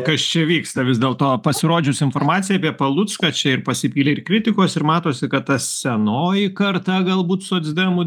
kas čia vyksta vis dėlto pasirodžius informacijai apie palucką čia ir pasipylė ir kritikos ir matosi kad ta senoji karta galbūt socdemų